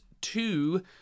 two